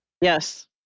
Yes